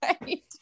right